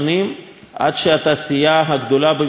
עד שהתעשייה הגדולה במפרץ עברה